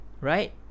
Right